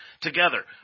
Together